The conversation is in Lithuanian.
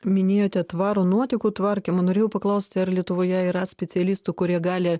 minėjote tvarų nuotekų tvarkymą norėjau paklausti ar lietuvoje yra specialistų kurie gali